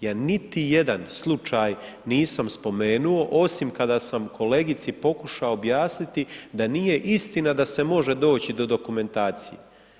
Ja niti jedan slučaj nisam spomenuo osim kada sam kolegici pokušao objasniti da nije istina da se može doći do dokumentacije.